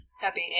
Happy